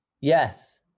Yes